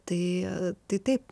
tai tai taip